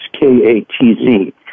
K-A-T-Z